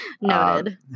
noted